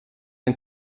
den